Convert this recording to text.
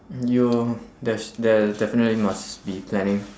you there's there there definitely must be planning